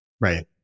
Right